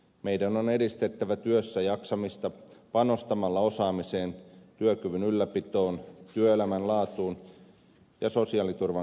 meidän on edistettävä työssäjaksamista panostamalla osaamiseen työkyvyn ylläpitoon työelämän laatuun ja sosiaaliturvan kehittämiseen